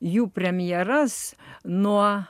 jų premjeras nuo